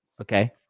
Okay